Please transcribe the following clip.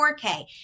4K